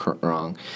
wrong